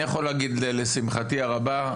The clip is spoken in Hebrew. לשמחתי הרבה,